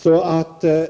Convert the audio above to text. för.